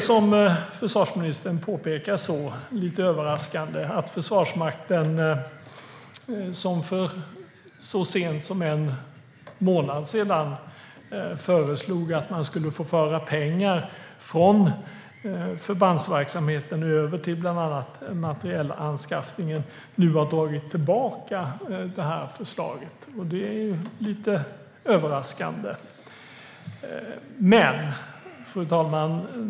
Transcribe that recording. Som försvarsministern påpekade har Försvarsmakten, som så sent som för en månad sedan föreslog att man skulle få föra över pengar från förbandsverksamheten till bland annat materielanskaffningen, nu dragit tillbaka förslaget. Det är lite överraskande. Fru talman!